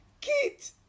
Kit